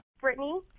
Brittany